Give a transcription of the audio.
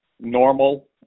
normal